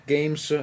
Games